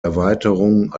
erweiterung